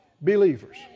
believers